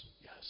Yes